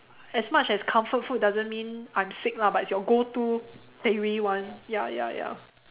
as much as comfort food doesn't mean I'm sick lah but it's your go to that you really want ya ya ya